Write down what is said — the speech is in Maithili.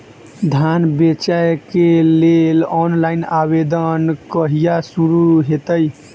धान बेचै केँ लेल ऑनलाइन आवेदन कहिया शुरू हेतइ?